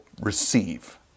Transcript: receive